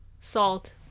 Salt